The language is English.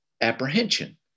apprehension